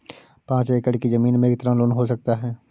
पाँच एकड़ की ज़मीन में कितना लोन हो सकता है?